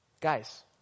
Guys